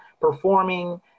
performing